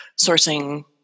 sourcing